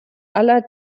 aller